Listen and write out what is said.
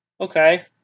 Okay